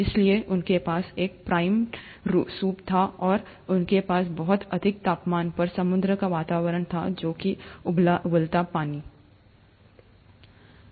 इसलिए उनके पास एक प्राइमर्ड सूप था और उनके पास बहुत अधिक तापमान पर समुद्र का वातावरण था जो कि उबलता पानी है